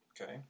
Okay